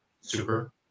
super